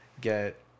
get